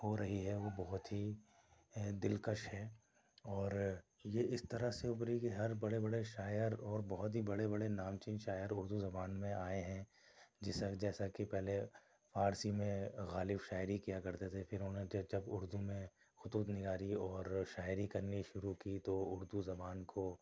ہو رہی ہے وہ بہت ہی دِلکش ہے اور یہ اِس طرح سے اُبھری کہ ہر بڑے بڑے شاعر اور بہت ہی بڑے بڑے نامچین شاعر اُردو زبان میں آئے ہیں جس سے جیسا کہ پہلے فارسی میں غالب شاعری کیا کرتے تھے پھر اُنہیں جب اُردو میں خطوط نگاری اور شاعری کرنی شروع کی تو اُردو زبان کو